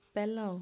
ਪਹਿਲਾਂ